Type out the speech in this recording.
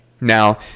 now